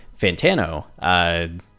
Fantano